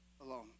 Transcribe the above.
alone